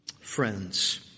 friends